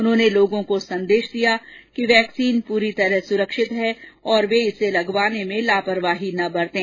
उन्होंने लोगों को संदेश दिया कि वैक्सीन पूरी तरह सुरक्षित है और वे वैक्सीन लगवाने में लापरवाही ना बरतें